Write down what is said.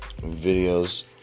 videos